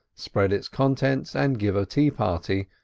spread its contents and give a tea-party,